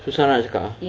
susah nak cakap ah